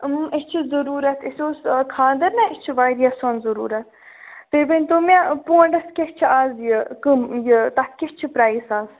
اَسہِ چھُ ضروٗرت اَسہِ اوس خانٛدر نا اَسہِ چھُ وارِیاہ سۅن ضروٗرت تُہۍ ؤنۍتَو مےٚ پۅنٛڈس کیٛاہ چھِ اَز یہِ قٍمتھ تَتھ کیٛاہ چھُ پرٛایِز اَز